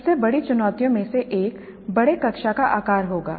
सबसे बड़ी चुनौतियों में से एक बड़े कक्षा का आकार होगा